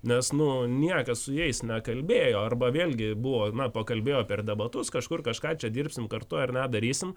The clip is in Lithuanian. nes nu niekas su jais nekalbėjo arba vėlgi buvo na pakalbėjo per debatus kažkur kažką čia dirbsim kartu ar ne darysim